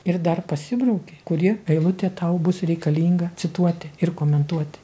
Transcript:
ir dar pasibrauki kuri eilutė tau bus reikalinga cituoti ir komentuoti